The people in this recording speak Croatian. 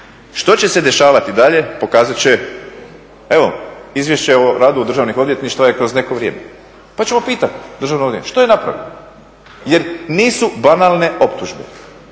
Što će se dešavati dalje pokazat će evo Izvješće o radu državnih odvjetništva je kroz neko vrijeme, pa ćemo pitati državnog odvjetnika što je napravljeno jer nisu banalne optužbe,